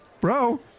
bro